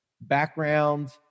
Background